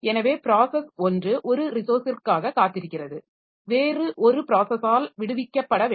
எனவே ப்ராஸஸ் 1 ஒரு ரிசோர்ஸிற்காகக் காத்திருக்கிறது அது வேறு ஒரு ப்ராஸஸால் விடுவிக்கப்பட வேண்டும்